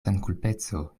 senkulpeco